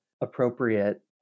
appropriate